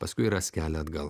paskui ras kelią atgal